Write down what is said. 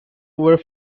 were